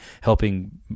helping